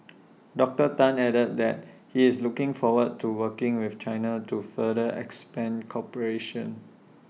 Doctor Tan added that he is looking forward to working with China to further expand cooperation